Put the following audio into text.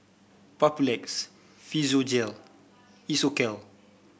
Papulex Physiogel Isocal